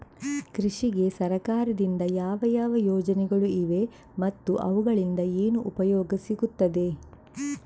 ಕೃಷಿಗೆ ಸರಕಾರದಿಂದ ಯಾವ ಯಾವ ಯೋಜನೆಗಳು ಇವೆ ಮತ್ತು ಅವುಗಳಿಂದ ಏನು ಉಪಯೋಗ ಸಿಗುತ್ತದೆ?